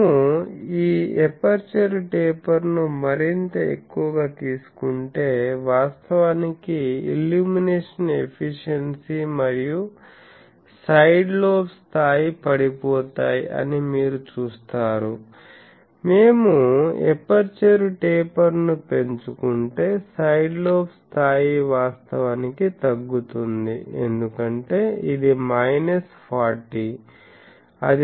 మేము ఈ ఎపర్చరు టేపర్ను మరింత ఎక్కువగా తీసుకుంటే వాస్తవానికి ఇల్యూమినేషన్ ఎఫిషియెన్సీ మరియు సైడ్ లోబ్ స్థాయి పడిపోతాయి అని మీరు చూస్తారు మేము ఎపర్చరు టేపర్ను పెంచుకుంటే సైడ్ లోబ్ స్థాయి వాస్తవానికి తగ్గుతుంది ఎందుకంటే ఇది మైనస్ 40